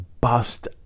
bust